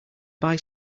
buy